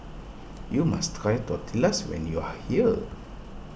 you must try Tortillas when you are here